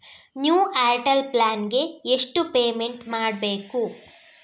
New Airtel plan ಗೆ ಎಷ್ಟು payment ಮಾಡ್ಬೇಕು?